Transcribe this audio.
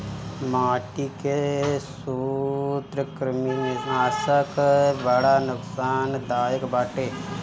माटी के सूत्रकृमिनाशक बड़ा नुकसानदायक बाटे